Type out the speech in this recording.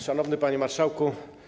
Szanowny Panie Marszałku!